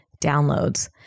downloads